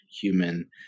human